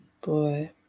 boy